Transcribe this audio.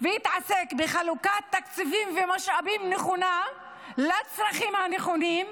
ויתעסק בחלוקת נכונה של תקציבים ומשאבים לצרכים הנכונים,